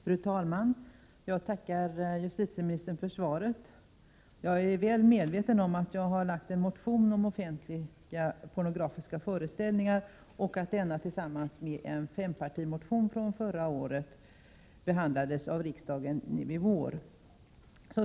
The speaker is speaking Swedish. Fru talman! Jag tackar justitieministern för svaret. Det är riktigt att jag har väckt en motion om offentliga pornografiska föreställningar och att denna tillsammans med en fempartimotion från förra året behandlades av riksdagen nu i vår.